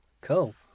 Cool